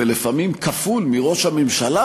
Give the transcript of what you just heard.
ולפעמים כפול מראש הממשלה,